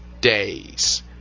days